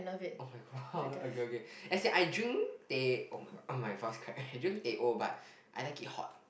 oh-my-god okay okay as in I drink teh oh-my-god oh my voice cracked I drink teh O but I like it hot